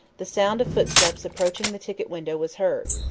the sound of footsteps approaching the ticket window was heard.